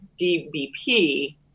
DBP